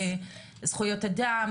זכויות אדם,